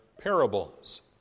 parables